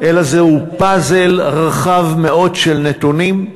אלא זהו פאזל רחב מאוד של נתונים,